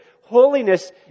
Holiness